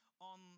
on